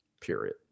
period